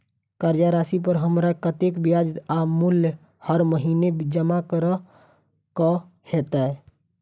कर्जा राशि पर हमरा कत्तेक ब्याज आ मूल हर महीने जमा करऽ कऽ हेतै?